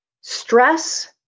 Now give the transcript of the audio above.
stress